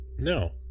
no